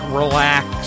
relax